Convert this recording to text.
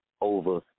over